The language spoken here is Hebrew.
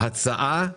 הצעה לפתרון.